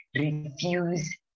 refuse